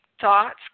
Thoughts